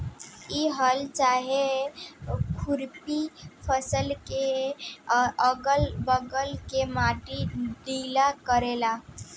इ हल चाहे खुरपी फसल के अगल बगल के माटी ढीला करेला